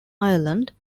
ireland